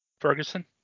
Ferguson